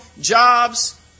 jobs